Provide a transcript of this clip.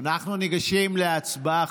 אנחנו ניגשים להצבעה.